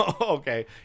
okay